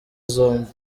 zombi